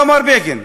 כך אמר בגין,